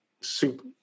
super